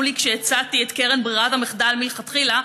לי כאשר הצעתי את קרן ברירת המחדל מלכתחילה,